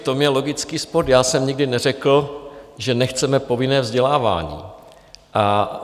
V tom je logický spor, já jsem nikdy neřekl, že nechceme povinné vzdělávání.